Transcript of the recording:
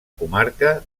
comarca